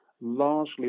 largely